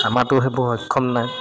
আমাৰটো সেইবোৰ সক্ষম নাই